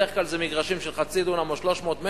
בדרך כלל זה מגרשים של חצי דונם או 300 מטר,